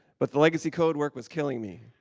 but the legacy code work was killing me.